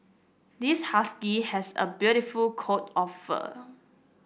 this husky has a beautiful coat of fur